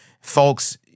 Folks